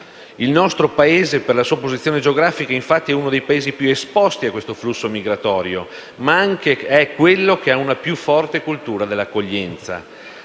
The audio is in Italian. Il nostro Paese, per la sua posizione geografica, è infatti uno dei Paesi più esposti a questo flusso migratorio, ma è anche quello che ha una più forte cultura dell'accoglienza.